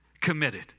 committed